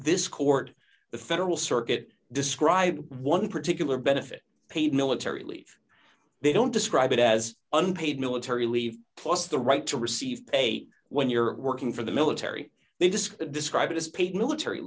this court the federal circuit described one particular benefit paid military leave they don't describe it as unpaid military leave plus the right to receive a when you're working for the military they disc describe it as paid military